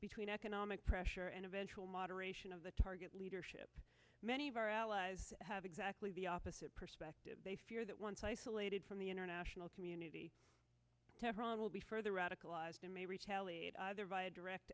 between economic pressure and eventual moderation of the target leadership many of our allies have exactly the opposite perspective they fear that once isolated from the international community to her on will be further radicalized and may retaliate either via direct